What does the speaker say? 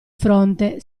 fronte